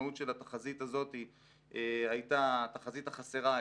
המשמעות של התחזית הזאת הייתה תחזית חסרה,